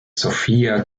sofia